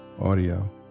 audio